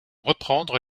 reprendre